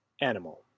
Animal